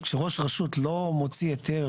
כשראש רשות לא מוציא היתר